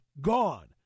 gone